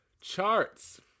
charts